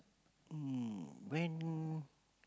mm when